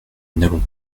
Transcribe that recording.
n’allons